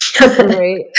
Right